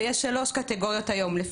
ויש שלוש קטגוריות היום.